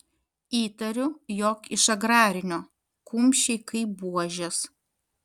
įtariu jog iš agrarinio kumščiai kaip buožės